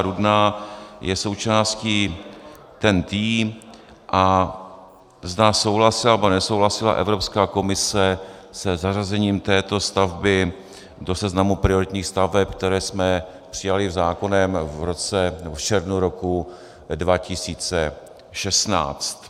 Rudná je součástí TENT a zda souhlasila anebo nesouhlasila Evropská komise se zařazením této stavby do seznamu prioritních staveb, které jsme přijali zákonem v červnu roku 2016.